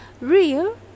real